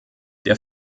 der